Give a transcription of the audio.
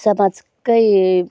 समाजकै